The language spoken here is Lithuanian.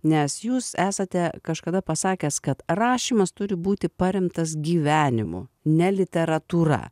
nes jūs esate kažkada pasakęs kad rašymas turi būti paremtas gyvenimu ne literatūra